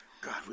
God